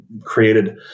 created